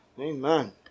Amen